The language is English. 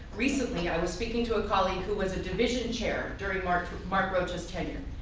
recently i was speaking to a colleague who was a division chair during mark mark rocha's tenure.